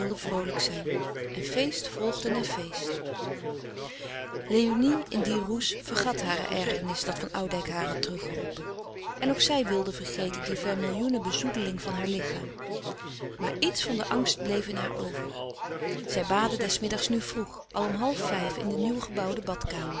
vroolijk zijn en feest volgde na feest léonie in die roes vergat hare ergernis dat van oudijck haar had teruggeroepen en ook zij wilde vergeten de vermillioene bezoedeling van haar lichaam maar iets van den angst bleef in haar over zij baadde des middags nu vroeg al om half vijf in de nieuw gebouwde badkamer